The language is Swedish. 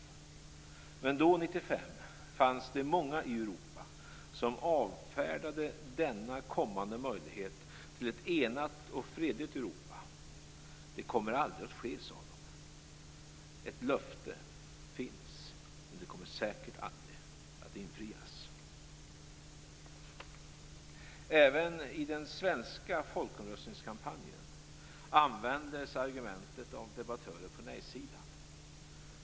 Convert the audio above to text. Men då, 1995, fanns det många i Europa som avfärdade denna kommande möjlighet till ett enat och fredligt Europa. Det kommer aldrig att ske, sade de. Ett löfte finns, men det kommer säkert aldrig att infrias. Även i den svenska folkomröstningskampanjen användes det argumentet av debattörer på nejsidan.